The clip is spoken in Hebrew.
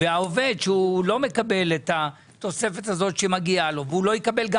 העובד שלא מקבל את התוספת הזאת שמגיעה לו והוא לא יקבל גם